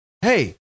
Hey